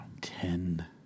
Ten